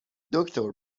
دکتر